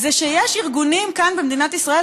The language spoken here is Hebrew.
זה שיש ארגונים כאן במדינת ישראל,